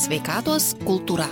sveikatos kultūra